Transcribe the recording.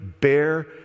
bear